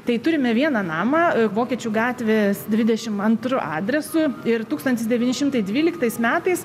tai turime vieną namą vokiečių gatvės dvidešim antru adresu ir tūktsnatis devyni šimtai dvyliktais metais